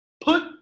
put